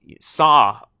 saw